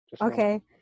Okay